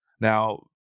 Now